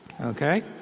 Okay